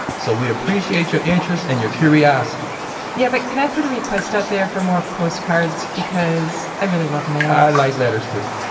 so we appreciate your interest and your curiosity yeah, but can i put a request out there for more postcards? because i really love mail i like letters too.